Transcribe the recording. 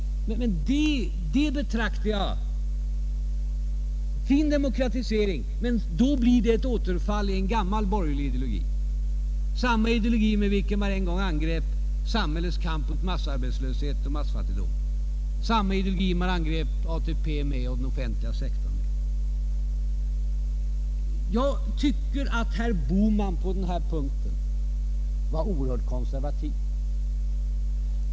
Då blir talet om en fin demokratisering, samtidigt ett återfall i en gammal borgerlig ideologi — samma ideologi med vilken de borgerliga en gång angrep samhällets kamp mot massarbetslösheten och massfattigdomen, samma ideologi med vilken de angrep ATP och ökningen av den offentliga sektorn. Jag tycker att herr Bohman på denna punkt var oerhört konservativ.